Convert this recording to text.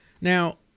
Now